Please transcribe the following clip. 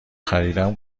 خریدم